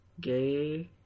gay